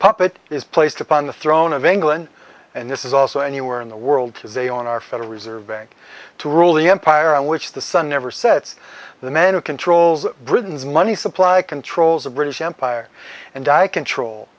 it is placed upon the throne of england and this is also anywhere in the world today on our federal reserve bank to rule the empire on which the sun never sets the man who controls britain's money supply controls the british empire and i control